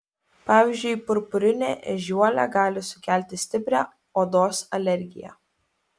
pavyzdžiui purpurinė ežiuolė gali sukelti stiprią odos alergiją